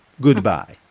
goodbye